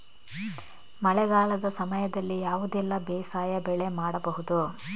ಮಳೆಗಾಲದ ಸಮಯದಲ್ಲಿ ಯಾವುದೆಲ್ಲ ಬೇಸಾಯ ಬೆಳೆ ಮಾಡಬಹುದು?